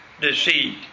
deceit